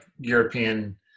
European